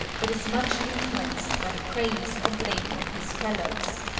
but is much influenced by the praise or blame of his fellows.